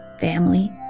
family